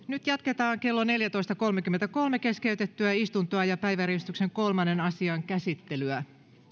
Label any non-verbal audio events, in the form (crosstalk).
(unintelligible) nyt jatketaan kello neljätoista kolmekymmentäkolme keskeytettyä istuntoa ja päiväjärjestyksen kolmannen asian käsittelyä